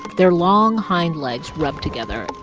their long hind legs rub together,